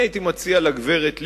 אני הייתי מציע לגברת לבני: